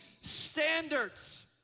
standards